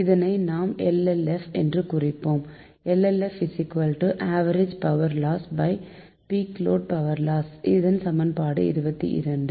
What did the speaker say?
இதனை நாம் LLF என்று குறிப்போம் LLF average power loss peak load power loss இது சமன்பாடு 22